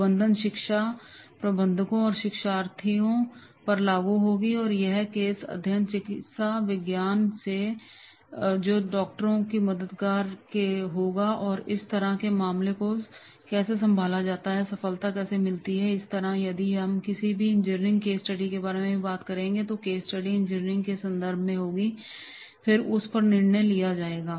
प्रबंधन शिक्षा प्रबंधकों और शिक्षार्थियों पर लागू होगी और यदि केस अध्ययन चिकित्सा विज्ञान से है तो यह डॉक्टरों के लिए मददगार होगा कि इस तरह के मामले को कैसे संभाला जाता है और सफलता कैसे मिलती है और इसी तरह यदि हम किसी भी इंजीनियरिंग केस स्टडी के बारे में बात कर रहे हैं तो केस स्टडी इंजीनियरिंग के संदर्भ में होगी और फिर उस पर निर्णय लिया जाएगा